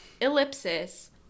Ellipsis